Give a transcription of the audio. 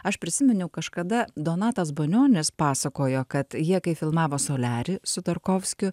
aš prisiminiau kažkada donatas banionis pasakojo kad jie kai filmavo soliarį su tarkovskiu